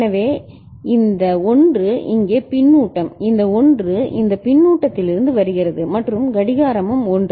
எனவே இந்த 1 இங்கே பின்னூட்டம் இந்த 1 இந்த பின்னூட்டத்திலிருந்து வருகிறது மற்றும் கடிகாரமும் 1